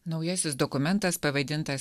naujasis dokumentas pavadintas